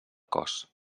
cos